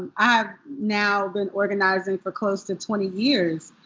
i have now been organizing for close to twenty years.